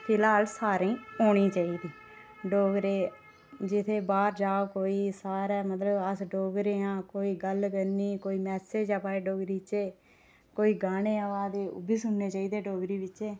फिलहाल सारें गी औनी चाहिदी डोगरे जित्थै बाहर जा कोई सारे मतलब अस डोगरे आं कोई गल्ल करनी मैसेज आवा दे डोगरी च कोई गाने आवा दे ओह्बी सुनने चाहिदे डोगरी बिचें